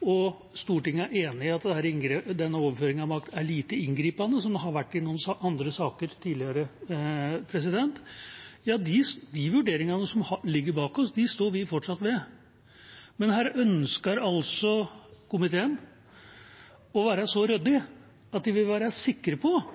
og Stortinget er enig i at denne overføringen av makt er «lite inngripende», som det har vært i noen andre saker tidligere, står vi fortsatt ved de vurderingene som ligger bak oss. Men her ønsker altså komiteen å være så ryddig at de vil være sikre på